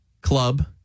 club